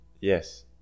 yes